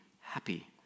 happy